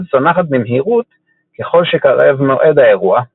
ואז צונחת במהירות ככל שקרב מועד האירוע,